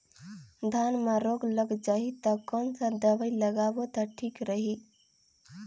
धान म रोग लग जाही ता कोन सा दवाई लगाबो ता ठीक रही?